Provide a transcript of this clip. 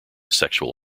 sexual